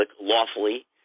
lawfully